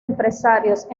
empresarios